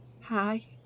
Hi